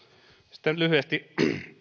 sitten lyhyesti